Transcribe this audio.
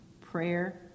Prayer